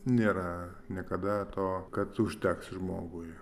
nėra niekada to kad užteks žmogui